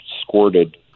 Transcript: squirted